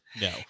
no